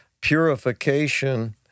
purification